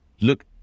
look